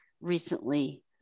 recently